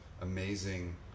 amazing